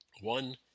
One